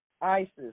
Isis